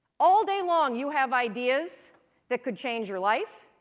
all day long you have ideas that could change your life,